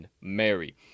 Mary